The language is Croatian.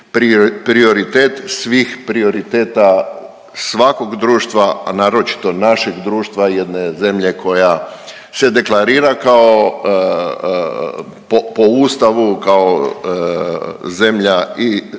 prioritet svih prioriteta svakog društva, a naročito našeg društva, jedne zemlje koja se deklarira kao, po Ustavu kao zemlja i socijalno